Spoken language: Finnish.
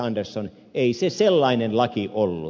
andersson ei se sellainen laki ollut